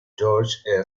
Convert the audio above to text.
george